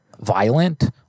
violent